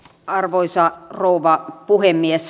arvoisa rouva puhemies